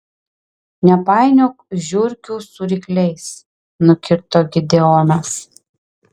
nepainiok žiurkių su rykliais nukirto gideonas